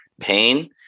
pain